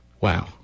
Wow